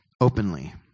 openly